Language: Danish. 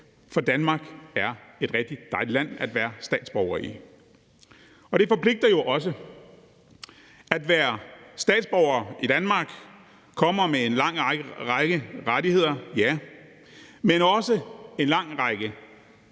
for Danmark er et rigtig dejligt land at være statsborger i. Det forpligter jo også. At være statsborger i Danmark kommer med en lang række rettigheder, ja, men også en lang række